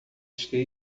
skate